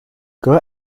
grow